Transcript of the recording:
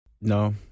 No